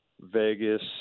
vegas